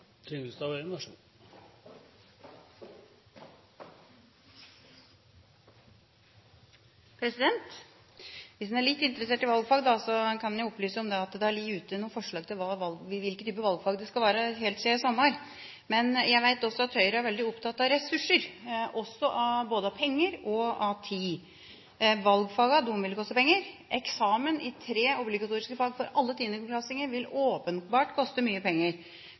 litt interessert i valgfag, kan jeg jo opplyse om at det helt siden i sommer har ligget ute noen forslag til hvilke typer valgfag det er snakk om. Men jeg vet også at Høyre er veldig opptatt av ressurser, både penger og tid. Valgfagene vil koste penger, eksamen i tre obligatoriske fag for alle 10.-klassinger vil åpenbart koste mye penger.